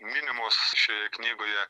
minimos šioje knygoje